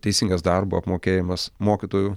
teisingas darbo apmokėjimas mokytojų